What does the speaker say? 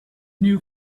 new